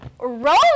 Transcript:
Roll